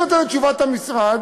אני נותן את תשובת המשרד.